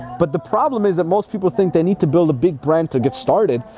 but the problem is that most people think they need to build a big brand to get started.